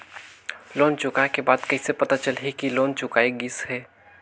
Loan चुकाय के बाद कइसे पता चलही कि लोन चुकाय गिस है?